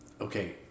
Okay